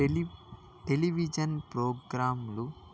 tele television ప్రోగ్రాంలు